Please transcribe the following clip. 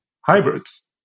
hybrids